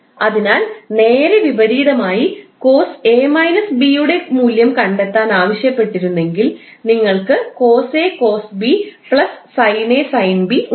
അതിനാൽ നേരെ വിപരീതമായി cos𝐴 − 𝐵 യുടെ മൂല്യം കണ്ടെത്താൻ ആവശ്യപ്പെട്ടിരുന്നെങ്കിൽ നിങ്ങൾക്ക് cos 𝐴 𝑐𝑜𝑠𝐵 𝑠𝑖𝑛𝐴 𝑠𝑖𝑛 𝐵 ഉണ്ട്